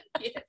Yes